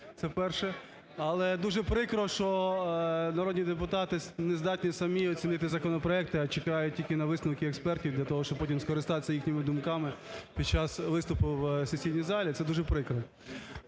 Цце перше. Але дуже прикро, що народні депутати не здатні самі оцінити законопроекти, а чекають тільки на висновки експертів для того, щоб потім скористатися їхніми думками під час виступу в сесійній залі. Це дуже прикро.